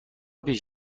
پیش